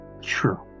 sure